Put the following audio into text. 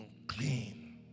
Unclean